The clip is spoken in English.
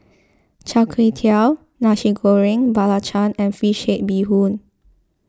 Char Kway Teow Nasi Goreng Belacan and Fish Head Bee Hoon